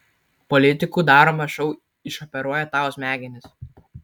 politikų daromas šou išoperuoja tau smegenis